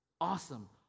Awesome